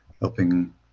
helping